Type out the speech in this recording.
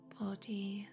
body